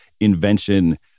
invention